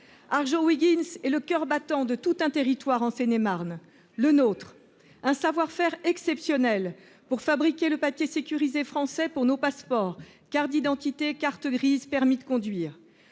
Arjowiggins est le coeur battant de tout un territoire en Seine-et-Marne, le nôtre ! Elle dispose d'un savoir-faire exceptionnel pour fabriquer le papier sécurisé français pour nos passeports, cartes d'identité, cartes grises, permis de conduire.